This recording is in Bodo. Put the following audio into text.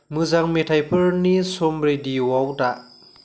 मोजां मेथाइफोरनि सम रेडिय'आव दा